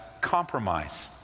compromise